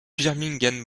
birmingham